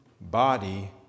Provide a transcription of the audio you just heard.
body